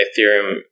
Ethereum